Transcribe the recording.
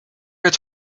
get